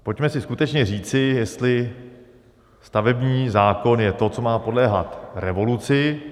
Pojďme si skutečně říci, jestli stavební zákon je to, co má podléhat revoluci.